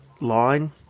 line